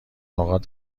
نقاط